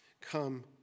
Come